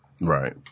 Right